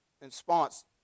response